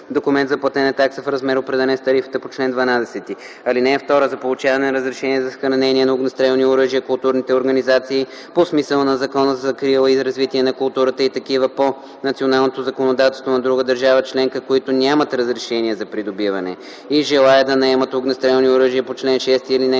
документ за платена такса в размер, определен с тарифата по чл. 12. (2) За получаване на разрешение за съхранение на огнестрелни оръжия, културните организации по смисъла на Закона за закрила и развитие на културата и такива по националното законодателство на друга държава членка, които нямат разрешение за придобиване и желаят да наемат огнестрелни оръжия по чл. 6, ал.